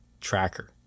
tracker